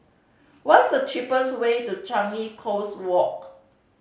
what's the cheapest way to Changi Coast Walk